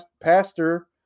pastor